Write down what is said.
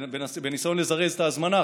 בניסיון לזרז את ההזמנה,